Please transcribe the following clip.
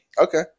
Okay